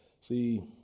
See